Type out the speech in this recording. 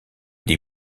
des